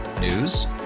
News